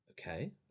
Okay